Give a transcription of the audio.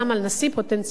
על נשיא פוטנציאלי,